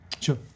sure